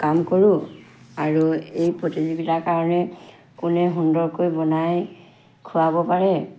কাম কৰোঁ আৰু এই প্ৰতিযোগিতাৰ কাৰণে কোনে সুন্দৰকৈ বনাই খুৱাব পাৰে